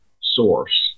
source